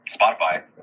Spotify